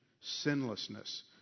Sinlessness